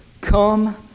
Come